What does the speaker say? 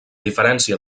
diferència